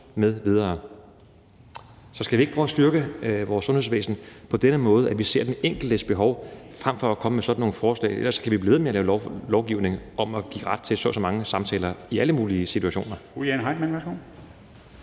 m.v. Så skal vi ikke prøve at styrke vores sundhedsvæsen på en måde, hvor vi ser på den enkeltes behov frem for at komme med sådan nogle forslag? Ellers kan vi blive ved med at lave lovgivning om at give ret til så og så mange samtaler i alle mulige situationer.